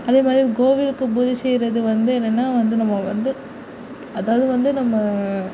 அதே மாதிரி கோவிலுக்கு பூஜை செய்கிறது வந்து என்னன்னா வந்து நம்ம வந்து அதாவது வந்து நம்ம